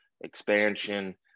expansion